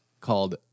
called